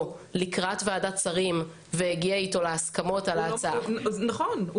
לקראת ועדת שרים והגיעה איתו להסכמות על ההצעה --- נכון.